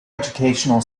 educational